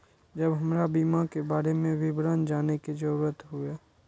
जब हमरा बीमा के बारे में विवरण जाने के जरूरत हुए?